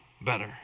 better